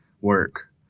work